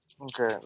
Okay